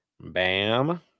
Bam